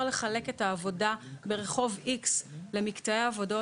לחלק את העבודה ברחוב איקס למקטעי עבודות?